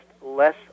less